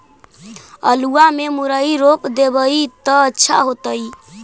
आलुआ में मुरई रोप देबई त अच्छा होतई?